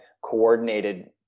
coordinated